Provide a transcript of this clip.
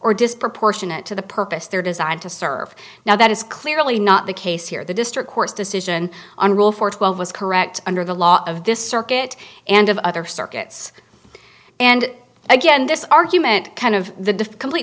or disproportionate to the purpose they're designed to serve now that is clearly not the case here the district court's decision on rule four twelve was correct under the law of this circuit and of other circuits and again this argument kind of the